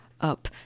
up